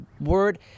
word